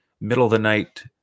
middle-of-the-night